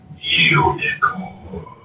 Unicorn